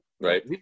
Right